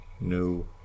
No